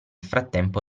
frattempo